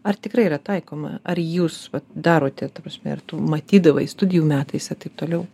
ar tikrai yra taikoma ar jūs darote ta prasme ir tu matydavai studijų metais ar taip toliau